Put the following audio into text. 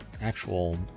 actual